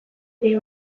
ere